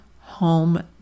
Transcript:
home